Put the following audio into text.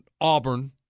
Auburn